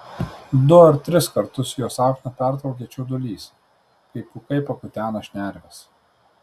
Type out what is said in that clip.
du ar tris kartus jo sapną pertraukia čiaudulys kai pūkai pakutena šnerves